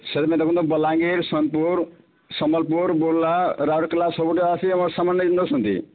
ସେଥିପାଇଁ ଦେଖନ୍ତୁ ବଲାଙ୍ଗୀର ସୋନପୁର ସମ୍ବଲପୁର ବୁର୍ଲା ରାଉରକେଲା ସବୁଠାରୁ ଆସି ଆମର ସାମାନ ନେଇକି ନଉଛନ୍ତି